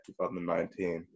2019